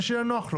מי שיהיה נוח לו.